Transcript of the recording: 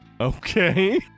Okay